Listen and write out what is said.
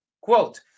Quote